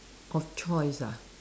of choice ah